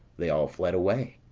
they all fled away.